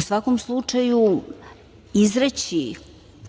svakom slučaju, izreći